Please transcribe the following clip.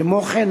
כמו כן,